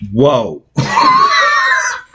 Whoa